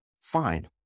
Fine